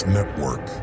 Network